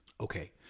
Okay